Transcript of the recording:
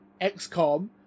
XCOM